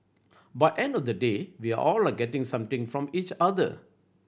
by end of the day we're all are getting something from each other